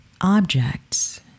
objects